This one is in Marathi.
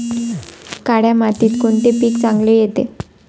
काळ्या मातीत कोणते पीक चांगले येते?